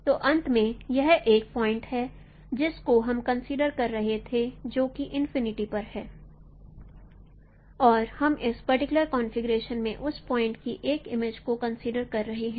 तो अंत में यह एक ही पॉइंट है जिस को हम कंसीडर कर रहे थे जो कि इनफिनिटी पर है और हम इस पर्टिकुलर कॉन्फ़िगरेशन में उस पॉइंट की एक इमेज को कंसीडर कर रहे हैं